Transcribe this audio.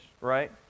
right